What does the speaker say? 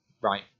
right